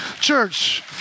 church